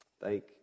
Thank